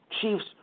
Chiefs